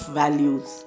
values